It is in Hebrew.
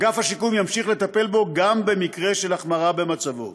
אגף השיקום ימשיך לטפל בו גם במקרה של החמרה במצבו.